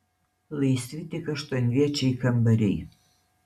laisvi tik aštuonviečiai kambariai